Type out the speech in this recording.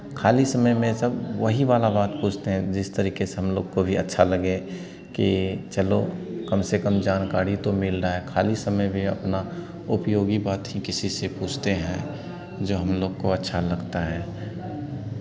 खाली समय में सब वही वाला बात पूछते हैं जिस तरीके से हम लोग को भी अच्छा लगे कि चलो कम से कम जानकारी तो मिल रहा है खाली समय में अपना उपयोगी बात ही किसी से पूछते हैं जो हम लोग को अच्छा लगता है